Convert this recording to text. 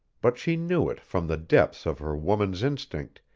but she knew it from the depths of her woman's instinct,